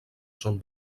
són